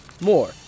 More